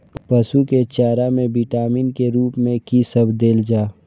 पशु के चारा में विटामिन के रूप में कि सब देल जा?